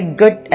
good